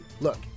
Look